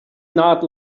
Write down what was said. not